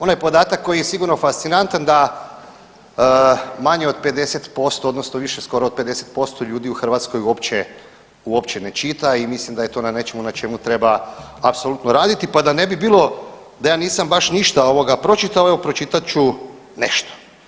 Onaj podatak koji je sigurno fascinantan da manje od 50% odnosno više skoro od 50% ljudi u Hrvatskoj uopće, uopće ne čita i mislim da je to na nečemu na čemu treba apsolutno raditi, pa da ne bi bilo da ja nisam baš ništa ovoga pročitao evo pročitat ću nešto.